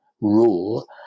rule